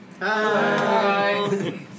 Hi